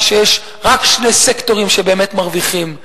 שיש רק שני סקטורים שבאמת מרוויחים: